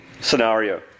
scenario